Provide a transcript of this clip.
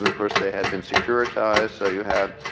and of course they had been secure ties. so you had